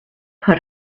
her